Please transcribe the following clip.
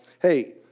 hey